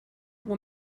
what